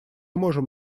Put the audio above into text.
можем